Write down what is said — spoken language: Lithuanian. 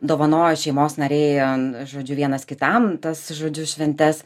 dovanoja šeimos nariai žodžiu vienas kitam tas žodžiu šventes